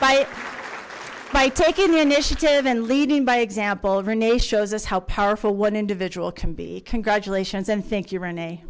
by by taking the initiative and leading by example rene shows us how powerful one individual can be congratulations and thank you renee